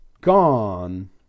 gone